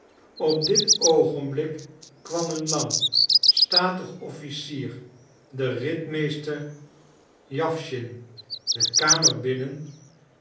op dit oogenblik kwam een lang statig officier de ritmeester jawschin de kamer binnen